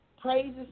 praises